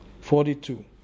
Forty-two